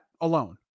alone